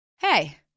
Hey